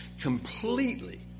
completely